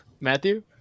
Matthew